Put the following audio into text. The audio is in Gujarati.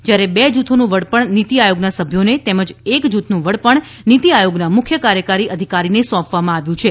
જયારે બે જૂથોનું વડપણ નીતી આયોગના સભ્યોને તેમજ એક જૂથનું વડપણ નીતિ આયોગના મુખ્ય કાર્યકારી અધિકારીને સોપવામાં આવ્યું છે